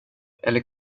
eller